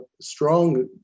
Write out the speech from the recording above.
strong